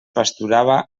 pasturava